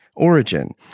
origin